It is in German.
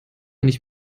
nicht